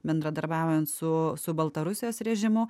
bendradarbiaujant su su baltarusijos režimu